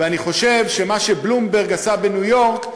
ואני חושב שמה שבלומברג עשה בניו-יורק,